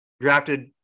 drafted